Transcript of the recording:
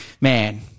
man